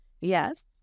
Yes